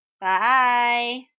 Bye